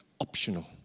optional